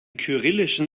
kyrillischen